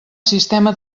sistema